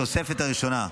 בתוספת הראשונה,